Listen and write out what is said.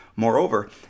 Moreover